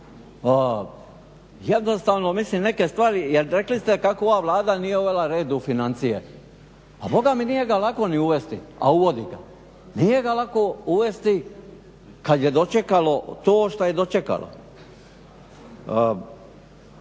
Jednostavno mislim neke stvari, jer rekli ste kako ova Vlada nije uvela red u financije. A bogami nije ga lako ni uvesti, a uvodi ga. Nije ga lako uvesti kad je dočekalo to što je dočekalo.